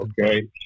okay